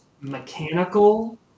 mechanical